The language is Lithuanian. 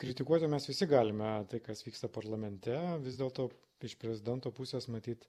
kritikuoti mes visi galime tai kas vyksta parlamente vis dėl to iš prezidento pusės matyt